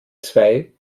zwei